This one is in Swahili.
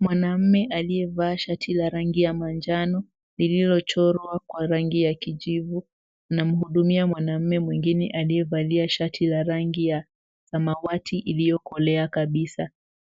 Mwanaume aliyevaa shati la rangi ya manjano lililochorwa kwa rangi ya kijivu anamhudumia mwanaume mwingine aliyevalia shati ya rangi ya samawati iliyokolea kabisa.